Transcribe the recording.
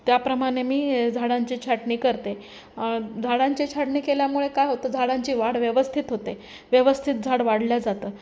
त्याप्रमाणे मी झाडांची छाटणी करते झाडांची छाटणी केल्यामुळे काय होतं झाडांची वाढ व्यवस्थित होते व्यवस्थित झाड वाढल्या जातं